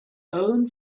own